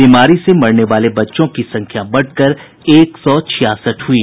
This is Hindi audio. बीमारी से मरने वाले बच्चों की संख्या बढ़कर एक सौ छियासठ हयी